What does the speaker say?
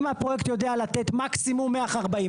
אם הפרויקט יודע לתת מקסימום 140,